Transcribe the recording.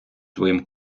своїм